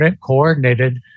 coordinated